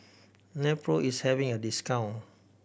Nepro is having a discount